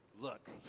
look